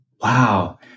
Wow